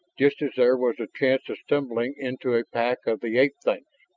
just as there was the chance of stumbling into a pack of the ape-things.